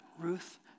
Ruth